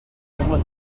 llengua